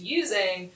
using